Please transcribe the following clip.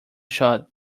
shot